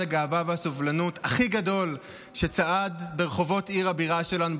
הגאווה והסובלנות הכי גדול שצעד ברחובות עיר הבירה שלנו,